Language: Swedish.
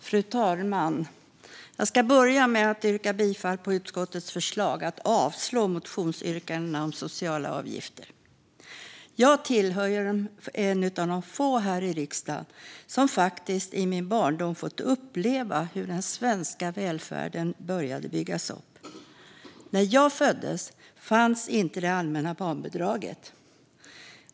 Fru talman! Jag börjar med att yrka bifall till utskottets förslag att avslå motionsyrkandena om sociala avgifter. Jag är en av få i riksdagen som var barn när den svenska välfärden började byggas upp. När jag föddes fanns inte det allmänna barnbidraget.